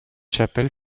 chapelle